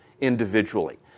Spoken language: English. individually